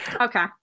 Okay